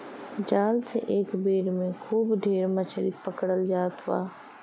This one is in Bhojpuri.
जाल से एक बेर में खूब ढेर मछरी पकड़ल जात बा